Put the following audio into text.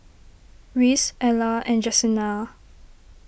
Reece Ella and Jesenia